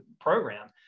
program